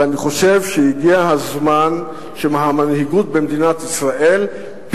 ואני חושב שהגיע הזמן שהמנהיגות במדינת ישראל,